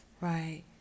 Right